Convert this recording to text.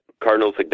Cardinals